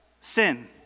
sin